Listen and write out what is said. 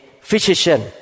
physician